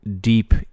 deep